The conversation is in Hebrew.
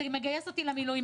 זה מגייס אותי למילואים,